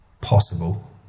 possible